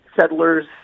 settlers